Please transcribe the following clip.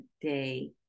day